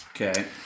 Okay